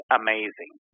amazing